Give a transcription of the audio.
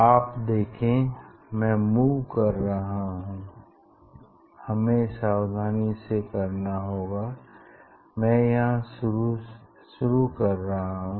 आप देखें मैं मूव कर रहा हूँ हमें सावधानी से करना होगा मैं यहाँ से शुरू कर रहा हूँ